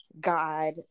God